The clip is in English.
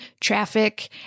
traffic